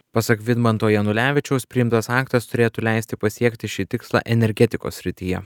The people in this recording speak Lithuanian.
pasak vidmanto janulevičiaus priimtas aktas turėtų leisti pasiekti šį tikslą energetikos srityje